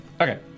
okay